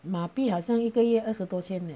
马币好像一个月二十多天 leh